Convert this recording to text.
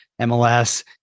MLS